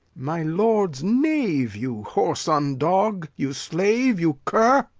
my lord's knave! you whoreson dog! you slave! you cur!